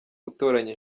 gutoranya